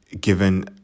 given